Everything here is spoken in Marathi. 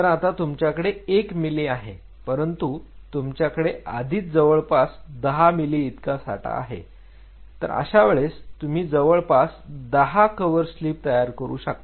तर आता तुमच्याकडे 1 मिली आहे परंतु तुमच्याकडे आधीच जवळपास 10 मिली इतका साठा आहे तर अशा वेळेस तुम्ही जवळपास 10 कव्हरस्लिप तयार करू शकता